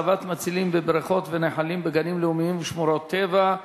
הצבת מצילים בבריכות ונחלים בגנים לאומיים ושמורות טבע),